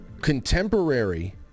Contemporary